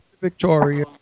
Victoria